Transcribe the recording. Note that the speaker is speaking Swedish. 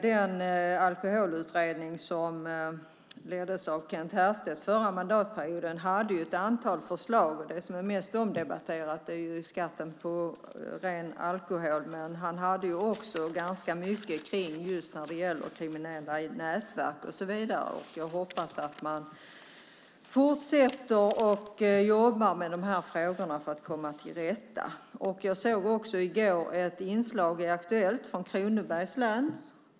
Den alkoholutredning som leddes av Kent Härstedt förra mandatperioden kom med ett antal förslag, och det som är mest omdebatterat är skatten på ren alkohol. Han hade också ganska mycket just kring kriminella nätverk och så vidare, och jag hoppas att man fortsätter att jobba med dessa frågor för att komma till rätta med problemet. I går såg jag ett inslag i Aktuellt från Kronobergs län.